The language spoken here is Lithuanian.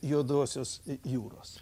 juodosios jūros